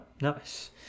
nice